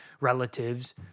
relatives